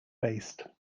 based